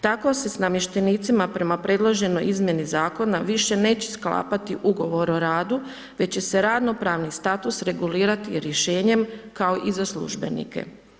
Tako se s namještenicima prema predloženoj izmjeni zakona više neće sklapati ugovor o radu, već će se radno pravni status regulirati rješenjem kao i za službenike.